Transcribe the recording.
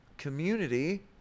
community